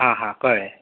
आ हा कळें